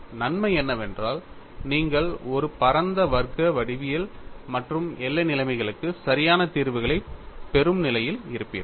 நன்மை என்னவென்றால் நீங்கள் ஒரு பரந்த வர்க்க வடிவியல் மற்றும் எல்லை நிலைமைகளுக்கு சரியான தீர்வுகளைப் பெறும் நிலையில் இருப்பீர்கள்